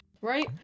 right